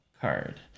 card